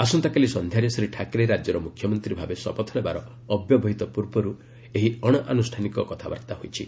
ଆସନ୍ତାକାଲି ସନ୍ଧ୍ୟାରେ ଶ୍ରୀ ଠାକରେ ରାଜ୍ୟର ମୁଖ୍ୟମନ୍ତ୍ରୀ ଭାବେ ଶପଥ ନେବାର ଅବ୍ୟବହିତ ପୂର୍ବରୁ ଏହି ଅଣଆନୁଷାନିକ କଥାବାର୍ତ୍ତା ହୋଇଛି